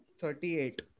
thirty-eight